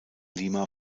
lima